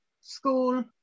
school